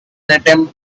attempt